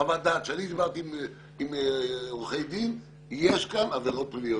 לפי חוות דעת שאני קיבלתי מעורכי דין שיש כאן גם עבירות פליליות.